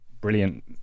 brilliant